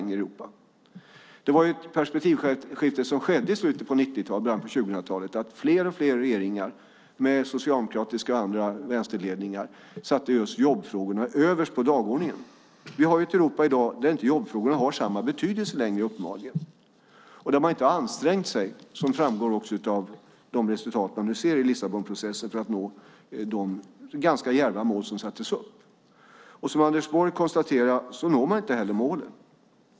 Det skedde ett perspektivskifte i slutet på 1990-talet och början på 2000-talet då fler och fler regeringar, med socialdemokratiska ledningar och andra vänsterledningar, satte just jobbfrågorna överst på dagordningen. Vi har i dag ett Europa där jobbfrågorna uppenbarligen inte längre har samma betydelse och där man inte har ansträngt sig, som framgår av de resultat vi ser i Lissabonprocessen, för att nå de ganska djärva mål som sattes upp. Som Anders Borg konstaterar når man inte heller målen.